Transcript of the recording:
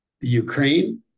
Ukraine